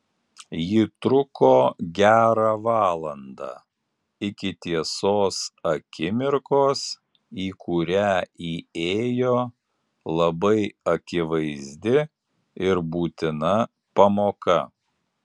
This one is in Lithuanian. ji truko gerą valandą iki tiesos akimirkos į kurią įėjo labai akivaizdi ir būtina pamoka